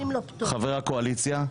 חברי הקואליציה,